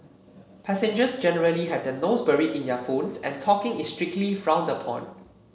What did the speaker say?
passengers generally have their nose buried in their phones and talking is strictly frowned upon